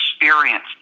experience